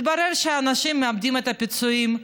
התברר שאנשים מאבדים את הפיצויים.